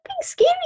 scary